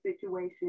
situation